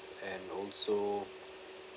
and also